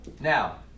Now